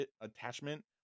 attachment